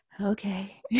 Okay